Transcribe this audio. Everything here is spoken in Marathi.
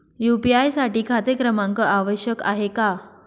यू.पी.आय साठी खाते क्रमांक आवश्यक आहे का?